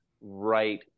right